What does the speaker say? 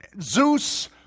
Zeus